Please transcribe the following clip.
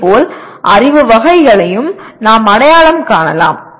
அதேபோல் அறிவு வகைகளையும் நாம் அடையாளம் காணலாம்